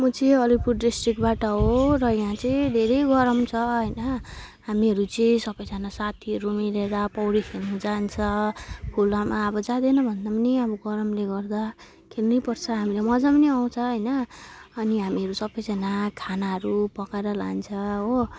म चाहिँ अलिपुर डिस्ट्रिक्टबाट हो र यहाँ चाहिँ धेरै गरम छ होइन हामीहरू चाहिँ सबैजना साथीहरू मिलेर पौडी खेल्नु जान्छ खोलामा अब जाँदैन भन्दा पनि अब गरमले गर्दा खेल्नैपर्छ हामीलाई मजा पनि आउँछ होइन अनि हामीहरू सबैजना खानाहरू पकाएर लान्छ हो